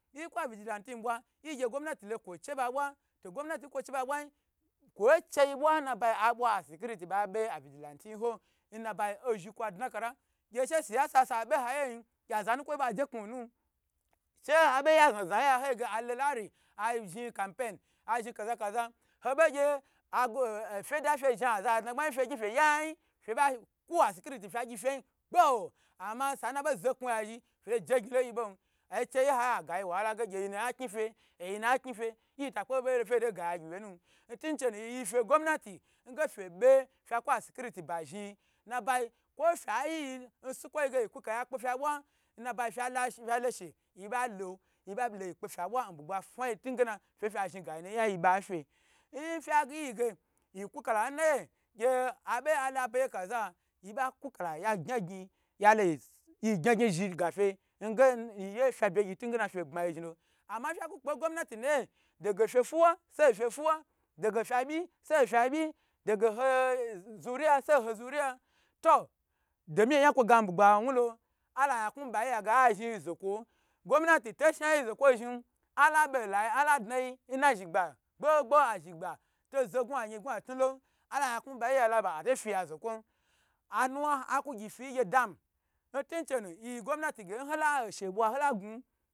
Nyiku a vigilanti bwa yi gye gomnati kwo che ba bwa, gomnati kwo che ba bwa yi kwo che yi bwa na ba yi a bwa a security a be a vigilanti to n nabayi ozhi kwa da kala gye she siyasa sa b ha yi ye yi gye aza nakwoyi ba je kunu sh abe ya zha zha yahoyige alo lari alo compan azhni compan azhn, kaza kaza hoba gye agwo ofe da fe zhni aza adagbayi fe ba kwa a security fye gy yi gboo ama sanabo zo kna ya zhi fa to gyn lo yi bo acheyi hayi agayi wahale oyenu na knife to gaya gyi wye na ntun chenu yiyife gomnati nge febe fye ku security ba zhni gi nnabayi kwo fye yiyi nsukwo yi ge yibe ya kpu fye bwa nnabaye fye la fyu lo shu yi balo yiba lo yi kpe fye bwa nbugba fa yi ntuge feye fa zhn ga yi oya yi ba fu nfe yi ge yeku kala naya yibe yalo abeyi kaza ye ba kuka yale ye gyn gyn ga fe nge yiye fye be gyi bye gyi ntunge fye bma yi zhilo ama ntye kpe n gomnati nayi dage nfi wa sai nfe fiwa dege ofye byi sai nfye be dege nfe zuruya sai nfe zuruya to doman oya kwo gami babga wulo alayanka bayiya nge aye azhi ye zokwo gwomnati to shayi zokwo zhni ala be nlayi aladnayi nna zhigba gbo gbo nna zhi gba to gwa yin gwa tnu lon ala yakun ba yiya laba ato fiya zokwon anwa aka gyi fiyi ngye dam ntunchenu yiyi gomnatu ge nhola oshe bwa hola gun.